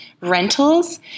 rentals